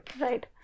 Right